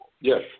Yes